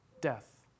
death